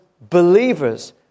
believers